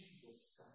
Jesus